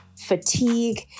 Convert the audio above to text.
fatigue